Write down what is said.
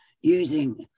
using